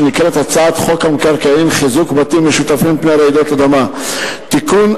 הצעת חוק המקרקעין (חיזוק בתים משותפים מפני רעידות אדמה) (תיקון,